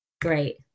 Great